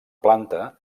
planta